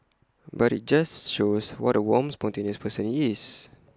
but IT just shows what A warm spontaneous person he is